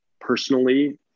personally